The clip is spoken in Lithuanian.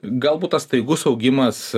galbūt tas staigus augimas